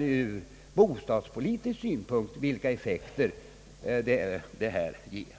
ur bostadspolitiska synpunkter, när det gäller att bedöma effekten.